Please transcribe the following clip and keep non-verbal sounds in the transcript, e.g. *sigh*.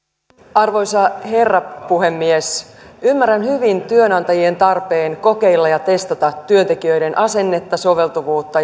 arvoisa herra puhemies ymmärrän hyvin työnantajien tarpeen kokeilla ja testata työntekijöiden asennetta soveltuvuutta *unintelligible*